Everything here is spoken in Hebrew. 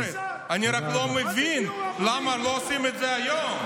אני רק לא מבין למה לא עושים את זה היום.